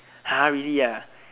!huh! really ah